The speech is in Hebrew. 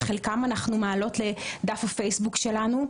את חלקן אנחנו מעלות לדף הפייסבוק שלנו.